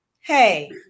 Hey